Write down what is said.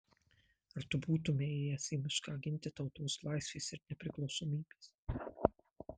ar tu būtumei ėjęs į mišką ginti tautos laisvės ir nepriklausomybės